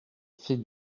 fait